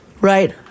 Right